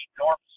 enormous